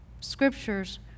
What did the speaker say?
Scriptures